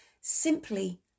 Simply